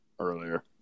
earlier